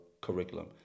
curriculum